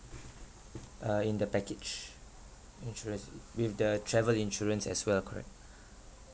uh in the package insurance with the travel insurance as well correct